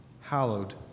hallowed